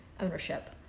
ownership